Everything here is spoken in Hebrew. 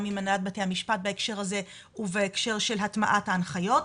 גם עם הנהלת בתי המשפט בהקשר הזה ובהקשר של הטמעת ההנחיות.